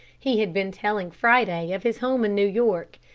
he had been telling friday of his home in new york.